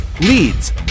leads